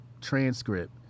transcript